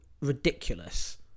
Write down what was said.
ridiculous